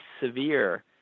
severe